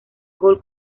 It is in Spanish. gol